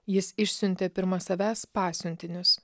jis išsiuntė pirma savęs pasiuntinius